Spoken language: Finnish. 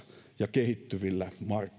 ja kehittyvillä markkinoilla